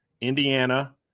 Indiana